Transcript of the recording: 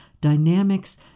dynamics